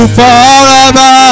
forever